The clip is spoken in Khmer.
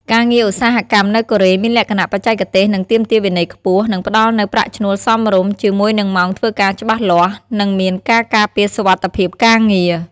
ការងារឧស្សាហកម្មនៅកូរ៉េមានលក្ខណៈបច្ចេកទេស និងទាមទារវិន័យខ្ពស់ និងផ្ដល់នូវប្រាក់ឈ្នួលសមរម្យ ជាមួយនឹងម៉ោងធ្វើការច្បាស់លាស់ និងមានការការពារសុវត្ថិភាពការងារ ។